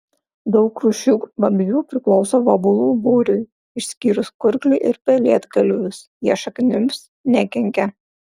daug rūšių vabzdžių priklauso vabalų būriui išskyrus kurklį ir pelėdgalvius jie šaknims nekenkia